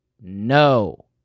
no